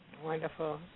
Wonderful